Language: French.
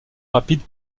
rapide